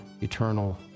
eternal